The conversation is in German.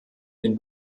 den